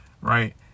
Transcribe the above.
Right